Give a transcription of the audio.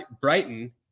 Brighton